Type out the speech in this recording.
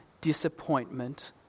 disappointment